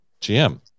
gm